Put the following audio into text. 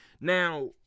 Now